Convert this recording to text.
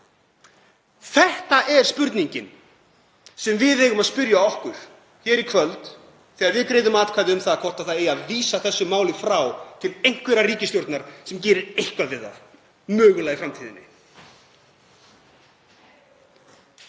Þetta er spurningin sem við eigum að spyrja okkur hér í kvöld þegar við greiðum atkvæði um það hvort eigi að vísa þessu máli frá til einhverrar ríkisstjórnar sem gerir eitthvað við það mögulega í framtíðinni.